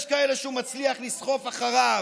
יש כאלה שהוא מצליח לסחוף אחריו,